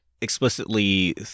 explicitly